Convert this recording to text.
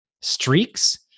streaks